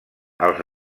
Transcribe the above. els